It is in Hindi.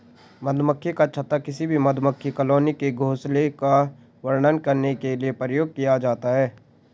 मधुमक्खी का छत्ता किसी भी मधुमक्खी कॉलोनी के घोंसले का वर्णन करने के लिए प्रयोग किया जाता है